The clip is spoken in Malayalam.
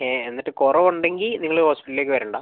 ഏ എന്നിട്ട് കുറവുണ്ടെങ്കിൽ നിങ്ങൾ ഹോസ്പിറ്റലിലേക്ക് വരേണ്ട